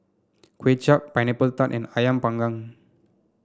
Kway Chap Pineapple Tart and ayam panggang